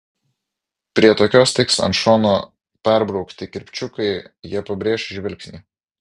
prie tokios tiks ant šono perbraukti kirpčiukai jie pabrėš žvilgsnį